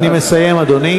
אני מסיים, אדוני.